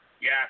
Yes